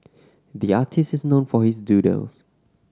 the artist is known for his doodles